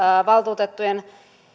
valtuutettujen